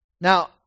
Now